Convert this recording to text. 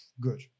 good